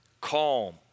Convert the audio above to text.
calm